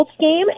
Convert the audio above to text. game